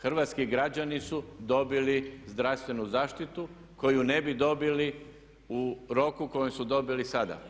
Hrvatski građani su dobili zdravstvenu zaštitu koju ne bi dobili u roku u kojem su dobili sada.